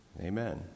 Amen